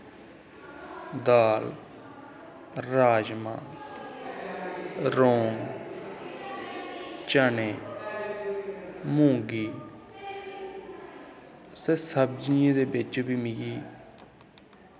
दाल राजमांह् रौंग चने मुंगी ते सब्जियें दे बिच्च मिगी